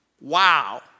Wow